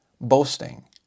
boasting